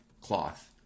cloth